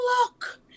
look